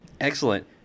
Excellent